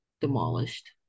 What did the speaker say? demolished